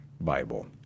bible